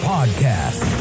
Podcast